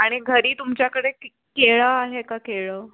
आणि घरी तुमच्याकडे के केळं आहे का केळं